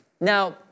Now